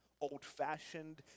old-fashioned